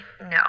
no